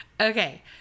Okay